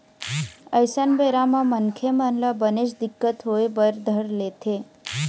अइसन बेरा म मनखे मन ल बनेच दिक्कत होय बर धर लेथे